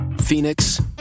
Phoenix